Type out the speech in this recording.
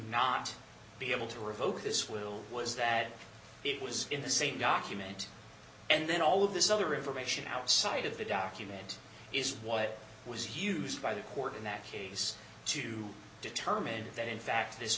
not be able to revoke this will was that it was in the same document and then all of this other information outside of the document is what was used by the court in that case to determine that in fact this